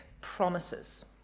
promises